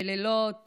בלילות